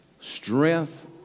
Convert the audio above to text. strength